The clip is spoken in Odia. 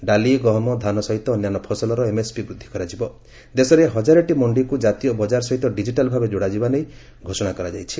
ଡାଲି ଗହମ ଧାନ ସହିତ ଅନ୍ୟାନ୍ୟ ଫସଲର ଏମ୍ଏସ୍ପି ବୃଦ୍ଧି କରାଯିବ ଦେଶରେ ହଜାରେଟି ମଣ୍ଣିକୁ ଜାତୀୟ ବଜାର ସହିତ ଡିଜିଟାଲ ଭାବେ ଯୋଡ଼ାଯିବା ନେଇ ଘୋଷଣା କରାଯାଇଛି